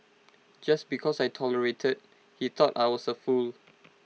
just because I tolerated he thought I was A fool